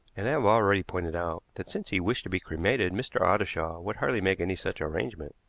and i have already pointed out that since he wished to be cremated mr. ottershaw would hardly make any such arrangement,